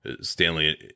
Stanley